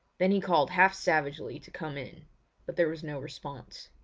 then he called half savagely to come in but there was no response.